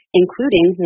including